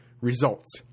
results